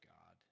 God